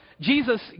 Jesus